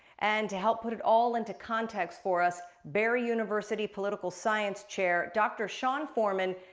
and to help put it all into context for us, barry university political science chair, dr. sean forman,